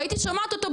והייתי שומעת אותו,